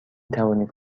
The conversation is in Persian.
توانید